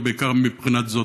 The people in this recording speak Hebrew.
ובעיקר מבחינה זו,